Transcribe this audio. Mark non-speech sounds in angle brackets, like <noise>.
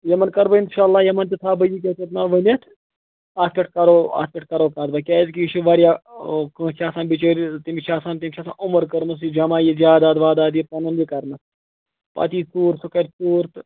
یِمن کَر بہٕ اِنشاء اللہ یِمن تہِ تھاو بہٕ <unintelligible> ؤنِتھ اَتھ پٮ۪ٹھ کَرو اَتھ پٮ۪ٹھ کَرو کَتھ باتھ کیازِ کہِ یہِ چھُ وارِیاہ ٲں کٲنٛسہِ چھِ آسان بِچٲرس تٔمِس چھِ آسان تٔمۍ چھُ آسان عُمرکٔرمٕژ یہِ جمع یہِ جاداد وَاداد یہِ پنُن یہِ کَرنَس پتہٕ یی ژوٗر سُہ کَرِ ژوٗر تہٕ